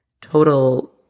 total